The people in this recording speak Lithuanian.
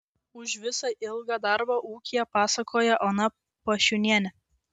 už visą ilgą darbą ūkyje pasakoja ona pašiūnienė